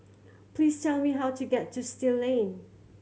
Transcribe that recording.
please tell me how to get to Still Lane